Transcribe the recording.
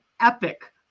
epic